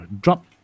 drop